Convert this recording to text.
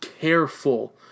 careful